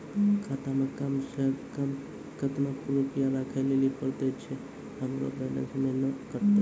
खाता मे कम सें कम कत्ते रुपैया राखै लेली परतै, छै सें हमरो बैलेंस नैन कतो?